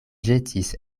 ĵetis